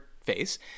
face